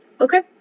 okay